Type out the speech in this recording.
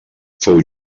fou